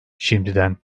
şimdiden